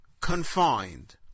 confined